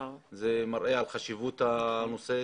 וזה מראה על חשיבות הנושא.